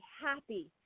happy